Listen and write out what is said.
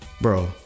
bro